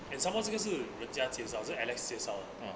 and some more 这个是人家介绍是 alex 介绍的